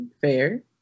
Fair